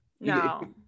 no